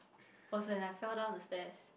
was when I fell down the stairs